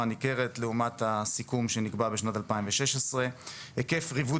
ניכרת לעומת הסיכום שנקבע בשנת 2016. היקף ריבוד